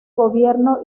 gobierno